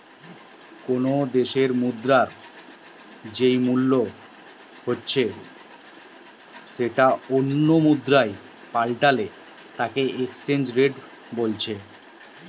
কোনো দ্যাশের মুদ্রার যেই মূল্য হইতে সেটো অন্য মুদ্রায় পাল্টালে তাকে এক্সচেঞ্জ রেট বলতিছে